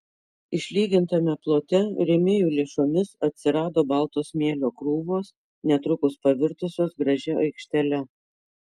išlygintame plote rėmėjų lėšomis atsirado balto smėlio krūvos netrukus pavirtusios gražia aikštele